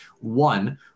one